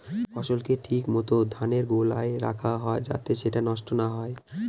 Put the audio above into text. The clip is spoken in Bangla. ফসলকে ঠিক মত ধানের গোলায় রাখা হয় যাতে সেটা নষ্ট না হয়